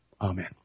Amen